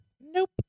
Nope